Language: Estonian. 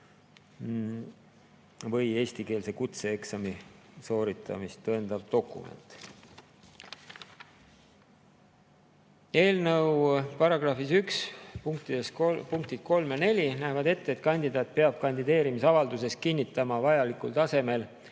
või eestikeelse kutseeksami sooritamist tõendav dokument. Eelnõu § 1 punktid 3 ja 4 näevad ette, et kandidaat peab kandideerimisavalduses kinnitama vajalikul tasemel